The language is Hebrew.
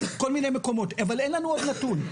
כל מיני מקומות אבל אין לנו עוד נתון.